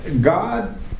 God